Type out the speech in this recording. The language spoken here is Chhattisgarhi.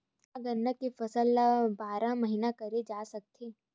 का गन्ना के फसल ल बारह महीन करे जा सकथे?